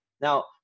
Now